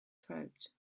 throat